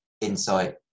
insight